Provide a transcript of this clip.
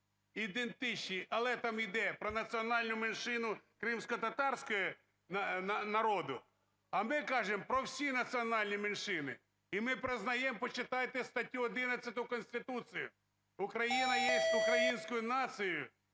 ідентичні. Але там іде про національну меншину кримськотатарського народу, а ми кажемо про всі національні меншини. І ми признаємо, почитайте статтю 11 Конституції: Україна є українською нацією,